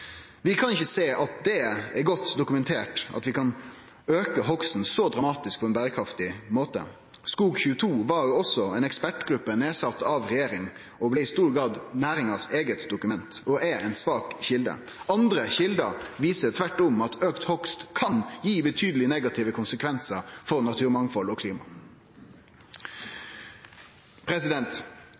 Vi kan ikkje sjå at det er godt dokumentert at vi kan auke hogsten så dramatisk på ein berekraftig måte. SKOG22 var også ei ekspertgruppe sett ned av regjering, og dette blei i stor grad næringa sitt eige dokument og er ei svak kjelde. Andre kjelder viser tvert om at auka hogst kan gi betydelege, negative konsekvensar for naturmangfald og klima.